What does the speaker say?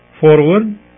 forward